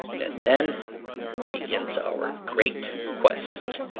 and then begins our great quest.